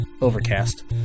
Overcast